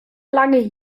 lange